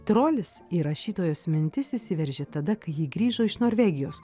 trolis į rašytojos mintis įsiveržė tada kai ji grįžo iš norvegijos